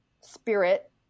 spirit